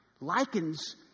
likens